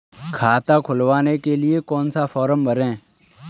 खाता खुलवाने के लिए कौन सा फॉर्म भरें?